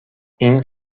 این